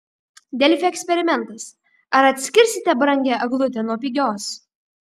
delfi eksperimentas ar atskirsite brangią eglutę nuo pigios